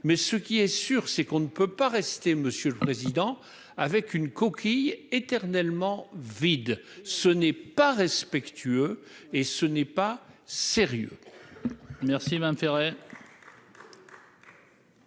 mais ce qui est sûr, c'est qu'on ne peut pas rester, monsieur le président, avec une coquille éternellement vide, ce n'est pas respectueux et ce n'est pas sérieux.